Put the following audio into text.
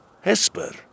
Hesper